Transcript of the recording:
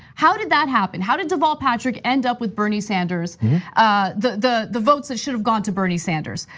how did that happen? how did deval patrick end up with bernie sanders' ah the the the votes that should have gone to bernie sanders?